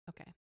Okay